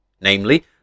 namely